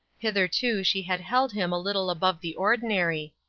hitherto she had held him a little above the ordinary.